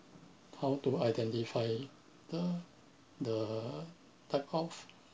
how to identify the the type of